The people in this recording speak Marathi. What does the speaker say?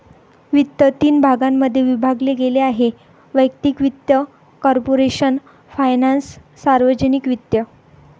वित्त तीन भागांमध्ये विभागले गेले आहेः वैयक्तिक वित्त, कॉर्पोरेशन फायनान्स, सार्वजनिक वित्त